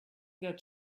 that